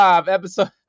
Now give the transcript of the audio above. episode